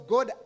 God